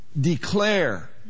Declare